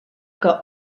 que